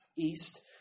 east